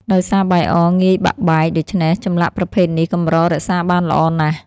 ដោយសារបាយអរងាយបាក់បែក ដូច្នេះចម្លាក់ប្រភេទនេះកម្ររក្សាបានល្អណាស់។